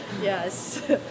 yes